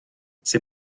ses